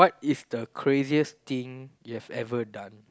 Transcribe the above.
is the craziest thing you have ever done